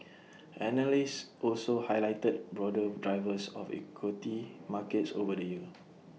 analysts also highlighted broader drivers of equity markets over the year